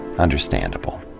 understandable.